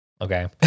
okay